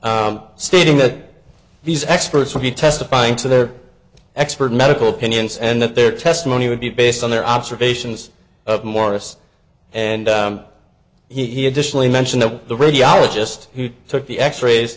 i'm stating that these experts will be testifying to their expert medical opinions and that their testimony would be based on their observations of morris and he additionally mention that the radiologist who took the x rays